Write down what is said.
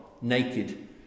naked